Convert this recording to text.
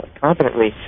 confidently